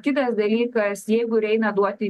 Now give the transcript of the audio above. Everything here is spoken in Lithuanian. kitas dalykas jeigu ir eina duoti